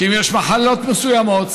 ואם יש מחלות מסוימות,